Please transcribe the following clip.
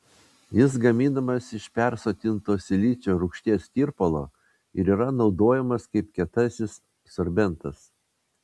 jis gaminamas iš persotinto silicio rūgšties tirpalo ir yra naudojamas kaip kietasis sorbentas